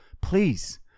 please